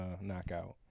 knockout